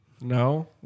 no